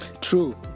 True